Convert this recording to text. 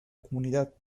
comunidad